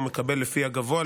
הוא מקבל לפי השכר הגבוה,